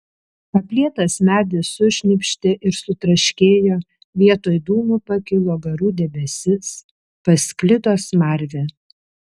aplietas medis sušnypštė ir sutraškėjo vietoj dūmų pakilo garų debesis pasklido smarvė